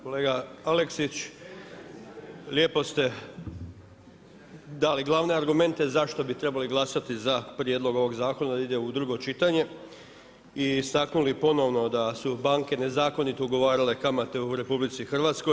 Kolega Aleksić, lijepo ste dali glavni argumente zašto bi trebali glasati za prijedlog ovog zakona, da ide u drugo čitanje i istaknuli ponovno da su banke nezakonito ugovarale kamate u RH.